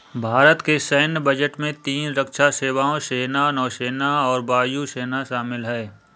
भारत के सैन्य बजट में तीन रक्षा सेवाओं, सेना, नौसेना और वायु सेना शामिल है